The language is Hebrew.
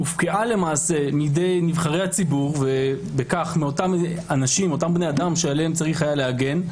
הופקעה למעשה מידי נבחרי הציבור על אותם אנשים שעליהם היה צריך להגן,